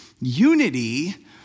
Unity